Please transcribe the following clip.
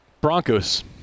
Broncos